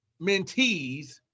mentees